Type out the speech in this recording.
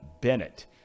Bennett